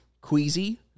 queasy